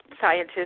scientists